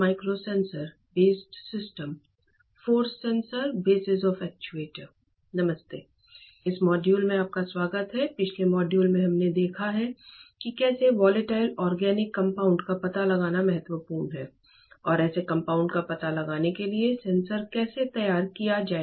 नमस्ते इस मॉड्यूल में आपका स्वागत है पिछले मॉड्यूल में हमने देखा है कि कैसे वोलेटाइल ऑर्गेनिक कंपाउंड का पता लगाना महत्वपूर्ण है और ऐसे कंपाउंड का पता लगाने के लिए सेंसर कैसे तैयार किया जाए